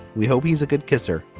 we hope he's a good kisser.